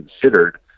considered